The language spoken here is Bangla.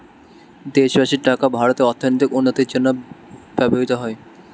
দেশবাসীর টাকা ভারতের অর্থনৈতিক উন্নতির জন্য ব্যবহৃত হয়